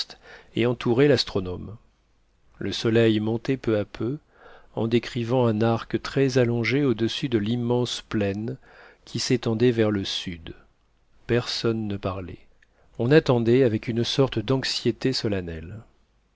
et entourait l'astronome le soleil montait peu à peu en décrivant un arc très allongé au-dessus de l'immense plaine qui s'étendait vers le sud personne ne parlait on attendait avec une sorte d'anxiété solennelle